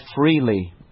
freely